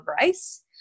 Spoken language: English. rice